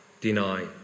deny